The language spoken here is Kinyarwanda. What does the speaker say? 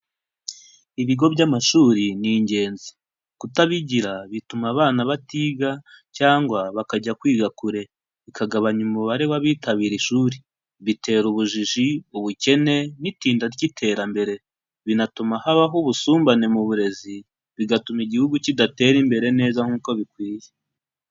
Ibigo by'amashuri ni ingenzi, kutabigira bituma abana batiga cyangwa bakajya kwiga kure, bikagabanya umubare w'abitabira ishuri, bitera ubujiji, ubukene n'itinda ry'iterambere, binatuma habaho ubusumbane mu burezi, bigatuma igihugu kidatera imbere neza nk'uko bikwiye.